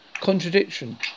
contradiction